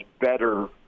better